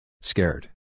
Scared